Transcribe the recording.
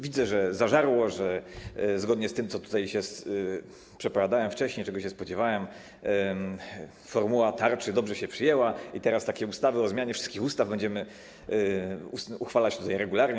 Widzę, że zażarło, że zgodnie z tym, co przepowiadałem wcześniej, czego się spodziewałem, formuła tarczy dobrze się przyjęła i teraz takie ustawy o zmianie wszystkich ustaw będziemy uchwalać regularnie.